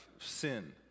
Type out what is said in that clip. sin